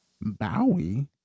Bowie